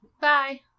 Bye